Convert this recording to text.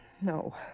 No